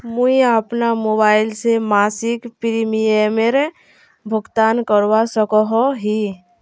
मुई अपना मोबाईल से मासिक प्रीमियमेर भुगतान करवा सकोहो ही?